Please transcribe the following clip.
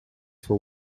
for